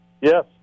Yes